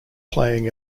playing